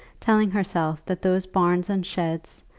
telling herself that those barns and sheds,